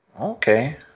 Okay